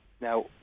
Now